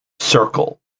circle